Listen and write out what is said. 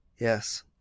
Yes